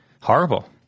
horrible